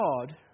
God